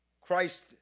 Christ